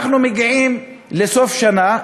אנחנו מגיעים לסוף שנה,